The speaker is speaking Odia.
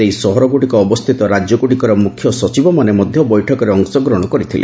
ସେହି ସହରଗ୍ରଡ଼ିକ ଅବସ୍ଥିତ ରାଜ୍ୟଗ୍ରଡ଼ିକର ମୁଖ୍ୟ ସଚିବମାନେ ମଧ୍ୟ ବୈଠକରେ ଅଂଶଗ୍ରହଣ କରିଥିଲେ